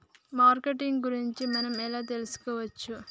Marketing గురించి మనం ఎలా తెలుసుకోవచ్చు?